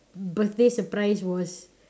birthday surprise was